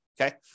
okay